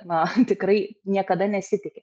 na tikrai niekada nesitiki